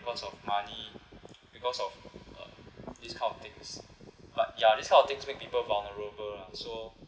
because of money because of uh this kind of things but ya this kind of things make people vulnerable lah so